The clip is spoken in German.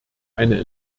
eine